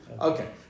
Okay